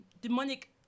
demonic